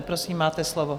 Prosím, máte slovo.